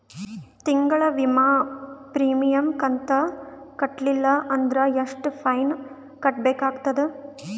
ತಿಂಗಳ ವಿಮಾ ಪ್ರೀಮಿಯಂ ಕಂತ ಕಟ್ಟಲಿಲ್ಲ ಅಂದ್ರ ಎಷ್ಟ ಫೈನ ಕಟ್ಟಬೇಕಾಗತದ?